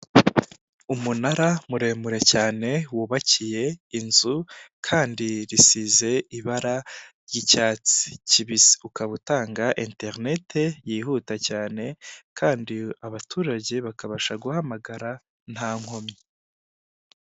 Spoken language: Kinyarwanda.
Umunara muremure cyane wubakiye inzu kandi risize ibara ry'icyatsi kibisi. Ukaba utanga interineti yihuse cyane kandi abaturage bakabasha guhamagara nta nkomyi.